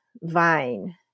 vine